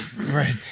Right